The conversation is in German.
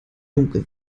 dunkel